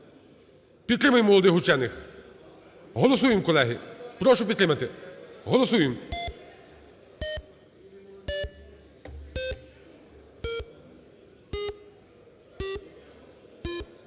Підтримаймо молодих учених. Голосуємо, колеги. Прошу підтримати. Голосуємо.